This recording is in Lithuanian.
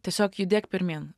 tiesiog judėk pirmyn